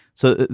so,